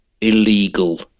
illegal